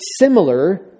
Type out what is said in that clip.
similar